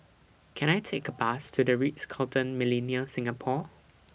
Can I Take A Bus to The Ritz Carlton Millenia Singapore